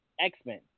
X-Men